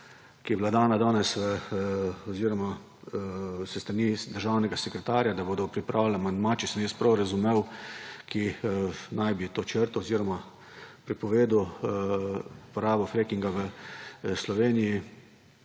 ki je bila dana danes oziroma s strani državnega sekretarja, da bodo pripravili amandma, če sem jaz prav razumel, ki naj bi to črtal oziroma prepovedal uporabo freakinga v Sloveniji